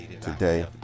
Today